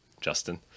Justin